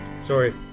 Sorry